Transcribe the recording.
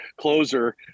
closer